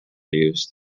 used